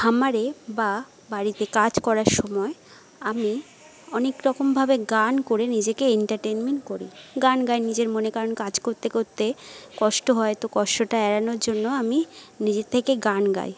খামারে বা বাড়িতে কাজ করার সময় আমি অনেকরকমভাবে গান করে নিজেকে এন্টারটেইনমেন করি গান গাই নিজের মনে কারণ গান করতে করতে কষ্ট হয় তো কষ্টটা এড়ানোর জন্য আমি নিজের থেকে গান গাই